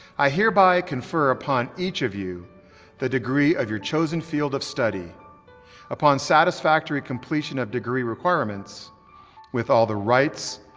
i hereby confer upon each of you the degree of your chosen field of study upon satisfactory completion of degree requirements with all the rights,